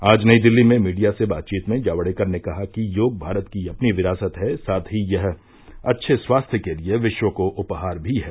आज नई दिल्ली में मीडिया से बातचीत में जावड़ेकर ने कहा कि योग भारत की अपनी विरासत है साथ ही यह अच्छे स्वास्थ्य के लिए विश्व को उपहार भी है